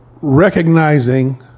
Recognizing